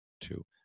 two